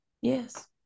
yes